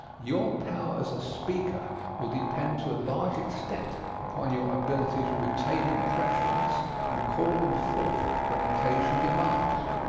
your power as a speaker will depend to a large extent upon your ability to retain impressions and call them forth when occasion demands,